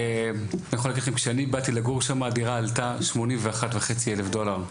אני יכול להגיד לכם שכשאני באתי לגור שמה הדירה עלתה 81.5 אלף דולר,